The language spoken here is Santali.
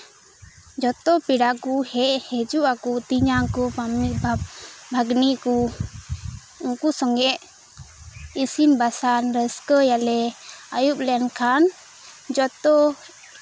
ᱡᱚᱛᱚ ᱯᱮᱲᱟ ᱠᱚ ᱦᱤᱡᱩᱜ ᱟᱠᱚ ᱛᱮᱧᱟᱝ ᱠᱚ ᱵᱷᱟᱹᱜᱱᱤ ᱠᱚ ᱩᱱᱠᱩ ᱥᱟᱞᱟᱜ ᱤᱥᱤᱱ ᱵᱟᱥᱟᱝ ᱨᱟᱹᱥᱠᱟᱹᱭ ᱟᱞᱮ ᱟᱭᱩᱵ ᱞᱮᱱᱠᱷᱟᱱ ᱡᱚᱛᱚ